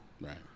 Right